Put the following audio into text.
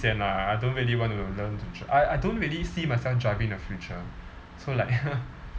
sian lah I don't really want to learn to dr~ I I don't really see myself driving in the future so like